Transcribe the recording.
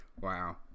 Wow